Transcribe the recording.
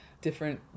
different